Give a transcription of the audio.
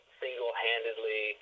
single-handedly